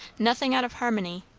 nothing out of harmony,